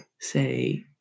say